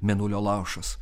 mėnulio lašas